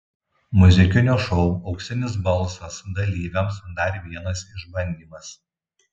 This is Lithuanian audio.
muzikinio šou auksinis balsas dalyviams dar vienas išbandymas